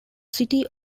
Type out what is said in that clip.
city